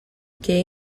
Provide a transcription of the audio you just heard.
gay